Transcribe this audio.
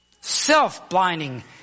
Self-blinding